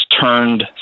turned